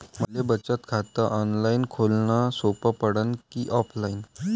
मले बचत खात ऑनलाईन खोलन सोपं पडन की ऑफलाईन?